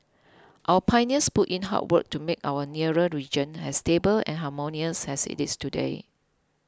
our pioneers put in hard work to make our nearer region as stable and harmonious as it is today